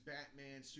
Batman